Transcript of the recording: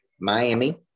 Miami